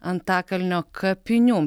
antakalnio kapinių